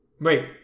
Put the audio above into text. Wait